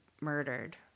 murdered